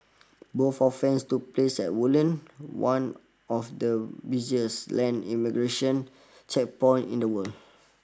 both offences took place at Woodlands one of the busiest land immigration checkpoints in the world